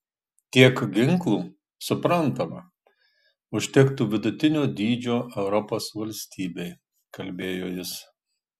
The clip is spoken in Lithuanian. tiek ginklų suprantama užtektų vidutinio dydžio europos valstybei kalbėjo jis